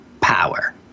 power